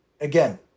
again